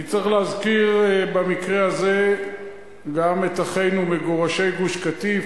אני צריך להזכיר במקרה הזה גם את אחינו מגורשי גוש-קטיף,